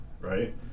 Right